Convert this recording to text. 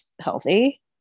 healthy